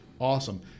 awesome